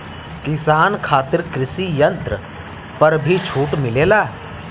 किसान खातिर कृषि यंत्र पर भी छूट मिलेला?